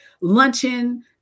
luncheon